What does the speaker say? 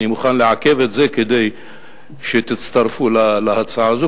ואני מוכן לעכב את זה כדי שתצטרפו להצעה הזאת,